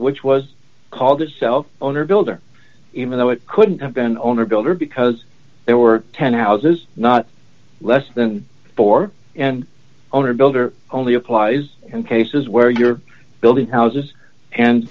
which was called itself owner builder even though it couldn't have been owner builder because there were ten houses not less than four and owner builder only applies in cases where you're building houses and